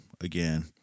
again